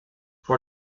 for